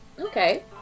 Okay